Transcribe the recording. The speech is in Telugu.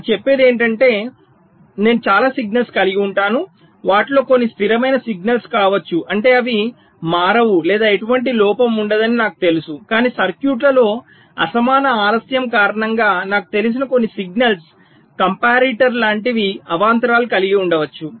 అది చెప్పేది ఏమిటంటే నేను చాలా సిగ్నల్స్ కలిగి ఉంటాను వాటిలో కొన్ని స్థిరమైన సిగ్నల్స్ కావచ్చు అంటే అవి మారవు లేదా ఎటువంటి లోపం ఉండదని నాకు తెలుసు కాని సర్క్యూట్లలో అసమాన ఆలస్యం కారణంగా నాకు తెలిసిన కొన్ని సిగ్నల్స్ కంపారిటర్ లాంటివి అవాంతరాలు కలిగి ఉండవచ్చు